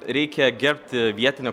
reikia gerbti vietinę